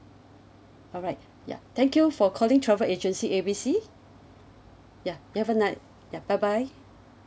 alright ya thank you for calling travel agency A B C ya you have a ni~ ya bye bye